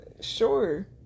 Sure